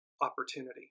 opportunity